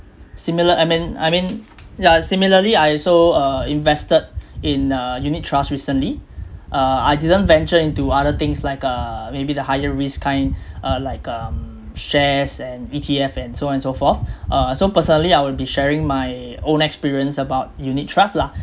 similar I mean I mean yeah similarly I also uh invested in a unit trust recently uh I didn't venture into other things like uh maybe the higher risk kind uh like um shares and E_T_F and so on and so forth uh so personally I will be sharing my own experience about unit trust lah